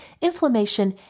inflammation